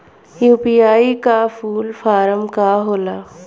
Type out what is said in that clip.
UPI का full form का होला?